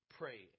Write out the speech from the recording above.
pray